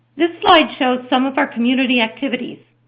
this slide shows some of our community activities.